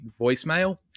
voicemail